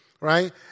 right